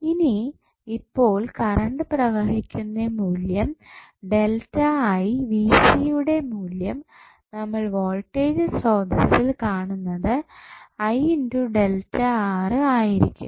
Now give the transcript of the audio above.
ഇനി ഇപ്പോൾ കറണ്ട് പ്രവഹിക്കുന്നതിന്റെ മൂല്യം യുടെ മൂല്യം നമ്മൾ വോൾടേജ് സ്രോതസ്സിൽ കാണുന്നത് ആയിരിക്കും